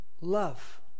Love